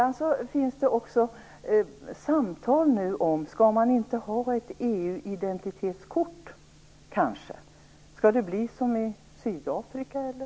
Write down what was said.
Det förs nu också samtal om huruvida man inte skall ha ett EU-identitetskort. Skall det bli som i Sydafrika, eller?